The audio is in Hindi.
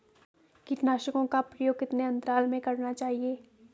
कीटनाशकों का प्रयोग कितने अंतराल में करना चाहिए?